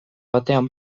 batean